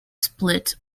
split